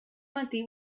matí